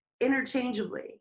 interchangeably